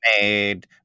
made